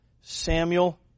Samuel